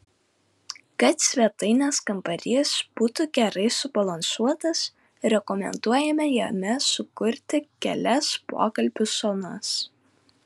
kad svetainės kambarys būtų gerai subalansuotas rekomenduojama jame sukurti kelias pokalbių zonas